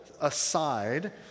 aside